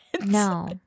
No